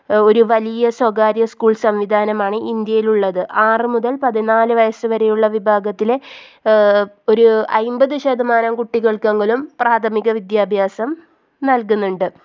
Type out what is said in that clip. ഒരു വലിയ സ്വകാര്യ സ്കൂൾ സംവിധാനമാണ് ഇന്ത്യയിൽ ഉള്ളത് ആറ് മുതൽ പതിനാല് വയസ്സ് വരെയുള്ള വിഭാഗത്തിലെ ഒരു അമ്പത് ശതമാനം കുട്ടികൾക്കെങ്കിലും പ്രാഥമിക വിദ്യാഭ്യാസം നൽകുന്നുണ്ട്